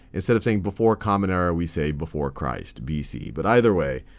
instead of saying before common era, we say before christ, bc. but either way,